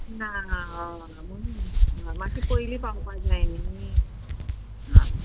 ना हय म्हूण मात्शी पयलीं पावपाक जाय न्ही आं